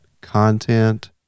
content